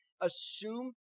Assume